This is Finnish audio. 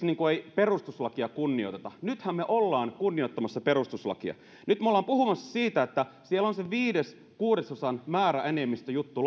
perustuslakia ei kunnioiteta nythän me olemme kunnioittamassa perustuslakia nyt me olemme puhumassa siitä että sinne on se viiden kuudesosan määräenemmistöjuttu